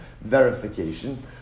verification